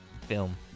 film